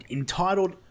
entitled